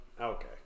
Okay